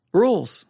rules